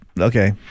Okay